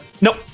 Nope